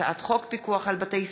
הצעת חוק פיקוח על בתי-ספר